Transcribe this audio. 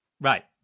Right